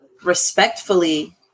respectfully